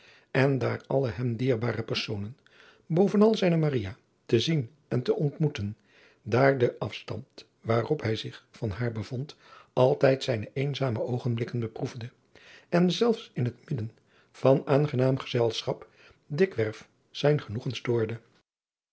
en daar alle hem dierbare personen bovenal zijne maria te zien en te ontmoeten daar de afstand waarop hij zich van haar bevond altijd zijne eenzame oogenblikken bedroefde en zelfs in het midden van aangenaam gezelschap dikwerf zijn genoegen stoorde